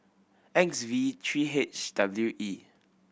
X V three H W E